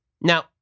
Now